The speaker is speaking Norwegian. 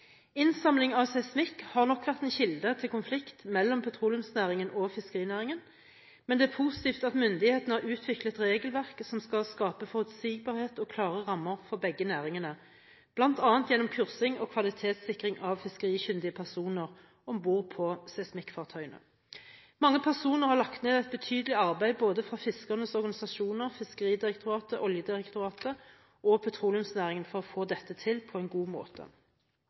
Innsamling av seismikk har nok vært en kilde til konflikt mellom petroleumsnæringen og fiskerinæringen, men det er positivt at myndighetene har utviklet regelverk som skal skape forutsigbarhet og klare rammer for begge næringene, bl.a. gjennom kursing og kvalitetssikring av fiskerikyndige personer om bord på seismikkfartøyene. Mange personer har lagt ned et betydelig arbeid både fra fiskernes organisasjoner, Fiskeridirektoratet, Oljedirektoratet og petroleumsnæringen for å få dette til på en god måte.